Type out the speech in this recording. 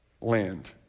land